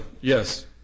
yes